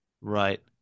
Right